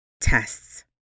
Tests